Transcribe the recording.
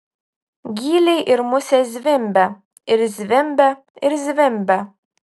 gyliai ir musės zvimbia ir zvimbia ir zvimbia